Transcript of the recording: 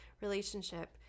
relationship